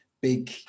big